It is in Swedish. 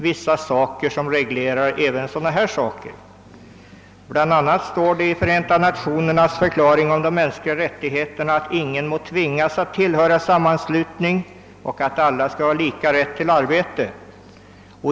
Vi får emellertid inte glömma bort att det i Förenta Nationernas förklaring om de mänskliga rättigheterna står att ingen må tvingas att tillhöra sammanslutning och att alla skall ha lika rätt till arbete.